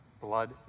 Blood